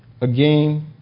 again